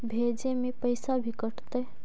भेजे में पैसा भी कटतै?